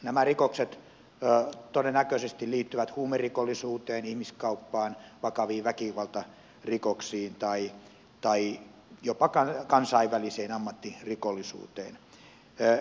nämä rikokset todennäköisesti liittyvät huumerikollisuuteen ihmiskauppaan vakaviin väkivaltarikoksiin tai jopa kansainväliseen ammattirikollisuuteen